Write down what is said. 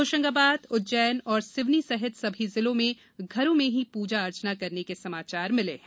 होशंगाबाद उज्जैन और सिवनी सहित सभी जिलों में घरों में ही प्रजा अर्चना करने के समाचार मिले हैं